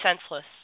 senseless